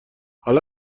حالا